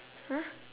!huh!